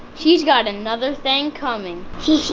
she's got another thing coming! hehehe!